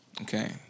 Okay